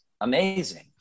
amazing